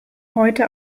heute